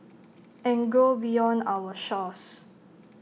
and grow beyond our shores